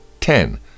Ten